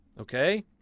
Okay